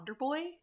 Wonderboy